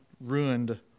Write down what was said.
ruined